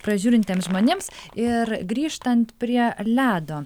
prižiūrintiems žmonėms ir grįžtant prie ledo